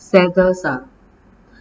saddest ah